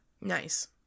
Nice